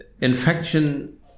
infection